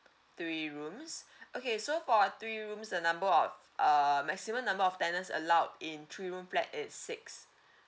three rooms okay so for three rooms the number of err maximum number of tenants allowed in three room flat is six